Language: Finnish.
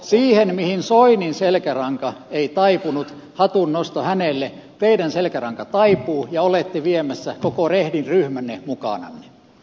siihen mihin soinin selkäranka ei taipunut hatunnosto hänelle teidän selkärankanne taipuu ja olette viemässä koko rehdin ryhmänne mukananne